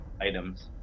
items